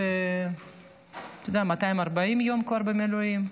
שכבר 240 יום במילואים.